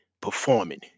performing